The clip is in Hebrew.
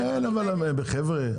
חבר'ה,